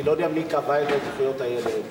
אני לא יודע מי קבע שזה זכויות הילד,